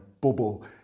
bubble